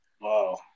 Wow